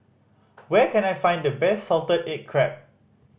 where can I find the best salted egg crab